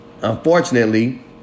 unfortunately